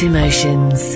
Emotions